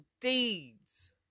deeds